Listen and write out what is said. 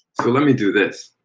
so let me do this.